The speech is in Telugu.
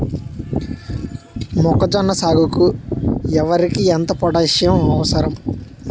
మొక్కజొన్న సాగుకు ఎకరానికి ఎంత పోటాస్సియం అవసరం?